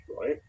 right